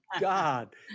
God